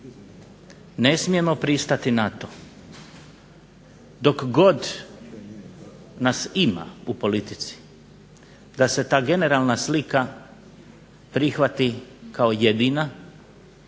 Ne smijemo pristati na to dok god nas ima u politici da se ta generalna slika prihvati kao jedina